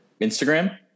instagram